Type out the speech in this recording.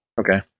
okay